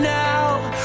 now